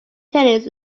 tennis